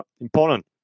important